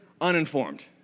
uninformed